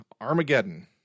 Armageddon